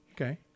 Okay